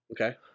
Okay